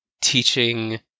teaching